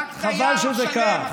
חבל שזה כך.